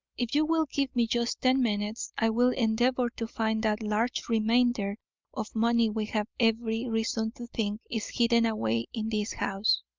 if you will give me just ten minutes i will endeavour to find that large remainder of money we have every reason to think is hidden away in this house.